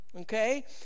okay